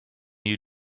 you